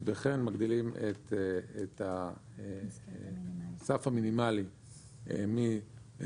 וכן מגדילים את הסף המינימאלי מ-7,500